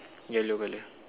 yellow colour